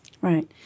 Right